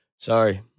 sorry